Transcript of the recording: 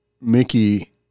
Mickey